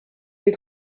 des